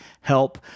help